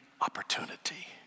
opportunity